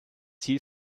ziel